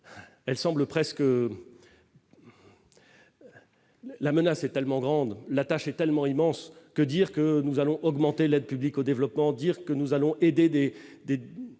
elle semble presque. La menace est tellement grande, la tâche est tellement immense, que dire que nous allons augmenter l'aide publique au développement, dire que nous allons aider des